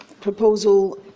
proposal